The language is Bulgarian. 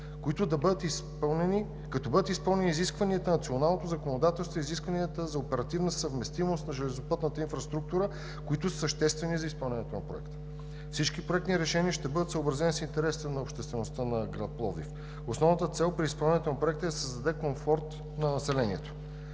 като бъдат изпълнени изискванията на националното законодателство и изискванията за оперативна съвместимост на железопътната инфраструктура, които са съществени за изпълнението на Проекта. Всички проектни решения ще бъдат съобразени с интересите на обществеността на град Пловдив. Основната цел при изпълнението на Проекта е да се създаде комфорт на населението.